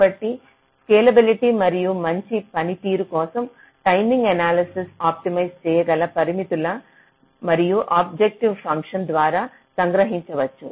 కాబట్టి స్కేలబిలిటీ మరియు మంచి పనితీరు కోసం టైమింగ్ ఎనాలసిస్ ఆప్టిమైజ్ చేయగల పరిమితులు మరియు ఆబ్జెక్టివ్ ఫంక్షన్ ద్వారా సంగ్రహించవచ్చు